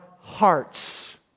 hearts